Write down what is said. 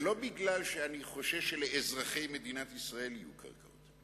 ולא מפני שאני חושב שלאזרחי מדינת ישראל יהיו קרקעות,